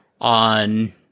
on